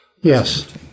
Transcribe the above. Yes